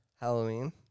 Halloween